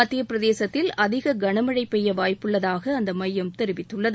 மத்திய பிரதேசத்தில் அதிக கனமழை பெய்ய வாய்ப்புள்ளதாக அந்த மையம் தெரிவித்துள்ளது